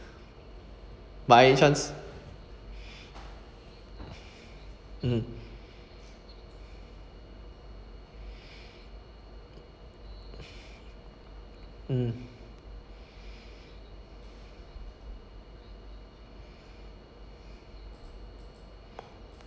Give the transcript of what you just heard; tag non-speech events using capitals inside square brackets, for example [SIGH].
by any chance mm [NOISE] mm